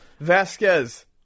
Vasquez